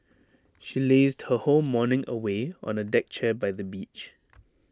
she lazed her whole morning away on A deck chair by the beach